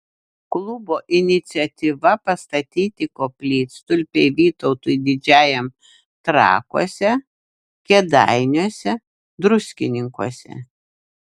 klubo iniciatyva pastatyti koplytstulpiai vytautui didžiajam trakuose kėdainiuose druskininkuose